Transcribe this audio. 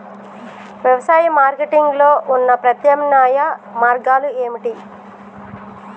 వ్యవసాయ మార్కెటింగ్ లో ఉన్న ప్రత్యామ్నాయ మార్గాలు ఏమిటి?